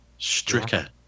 Stricker